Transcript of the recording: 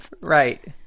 right